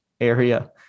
area